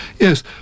Yes